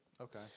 Okay